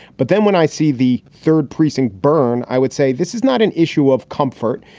but then when i see the third precinct burn, i would say this is not an issue of comfort.